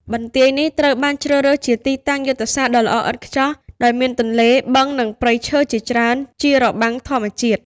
បន្ទាយនេះត្រូវបានជ្រើសរើសជាទីតាំងយុទ្ធសាស្ត្រដ៏ល្អឥតខ្ចោះ ដោយមានទន្លេ បឹង និងព្រៃឈើជាច្រើនជារបាំងធម្មជាតិ។